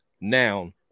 noun